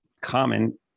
common